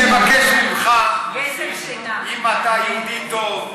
אני מבקש ממך, אם אתה יהודי טוב,